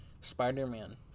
Spider-Man